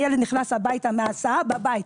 הילד נכנס הביתה מההסעה, בבית.